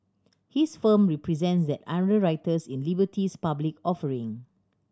his firm represents the underwriters in Liberty's public offering